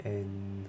and